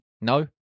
No